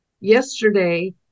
yesterday